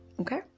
Okay